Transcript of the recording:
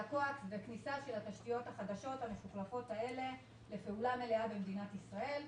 וכניסה של התשתיות החדשות לפעולה מלאה במדינת ישראל,